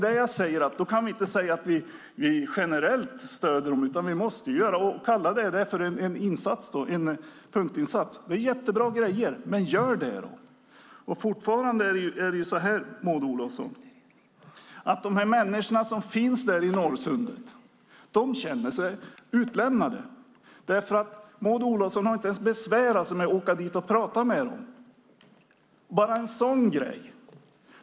Då kan vi inte bara säga att vi stöder dem generellt. Kalla det för en punktinsats! Det är jättebra grejer, men gör det då! Fortfarande är det så, Maud Olofsson, att de människor som finns där i Norrsundet känner sig utlämnade. Maud Olofsson har inte ens besvärat sig med att åka dit och prata med dem. Bara en sådan grej!